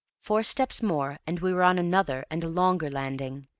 four steps more, and we were on another and a longer landing,